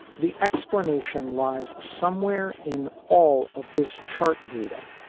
the explanation lies somewhere in all of this chart data,